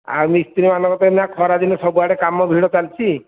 ଆଉ ମିସ୍ତ୍ରୀମାନଙ୍କର ତ ଏଇନା ଖରାଦିନ ସବୁଆଡ଼େ କାମ ଭିଡ଼ ଚାଲିଛି